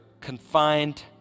confined